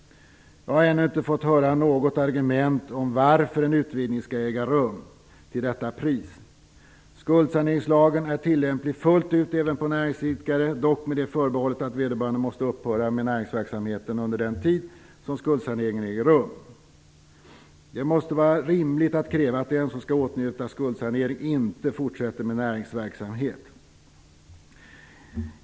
Jag har ännu inte fått höra något argument för varför en utvidgning skall äga rum till detta pris. Skuldsaneringslagen är tillämplig fullt ut även på näringsidkare, dock med det förbehållet att vederbörande måste upphöra med näringsverksamheten under den tid som skuldsaneringen äger rum. Det måste vara rimligt att kräva att den som skall åtnjuta skuldsanering inte fortsätter med näringsverksamhet.